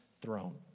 throne